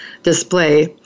display